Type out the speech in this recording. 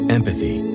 Empathy